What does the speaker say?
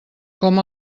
com